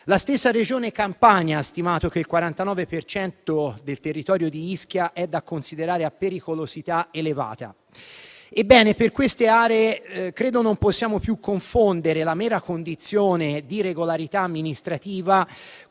La stessa Regione Campania ha stimato che il 49 per cento del territorio di Ischia è da considerare a pericolosità elevata. Ebbene, ritengo che per queste aree non possiamo più confondere la mera condizione di regolarità amministrativa